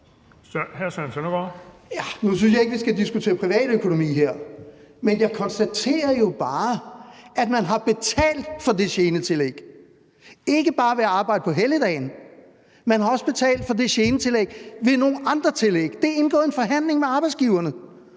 Nu synes jeg ikke, vi skal diskutere privatøkonomi her, men jeg konstaterer jo bare, at man har betalt for det genetillæg, ikke bare ved at arbejde på helligdagen, for man har også betalt for det genetillæg ved nogle andre tillæg. Det er indgået i en forhandling med arbejdsgiverne.